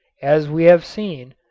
as we have seen,